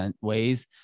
ways